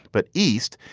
but east.